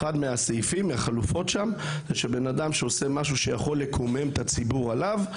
אחד מהסעיפים זה שאדם שעושה משהו שיכול לקומם את הציבור עליו,